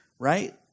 right